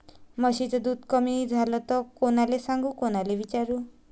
म्हशीचं दूध कमी झालं त कोनाले सांगू कोनाले विचारू?